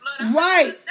Right